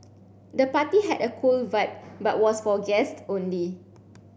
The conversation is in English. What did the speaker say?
the party had a cool vibe but was for guests only